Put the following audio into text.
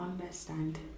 Understand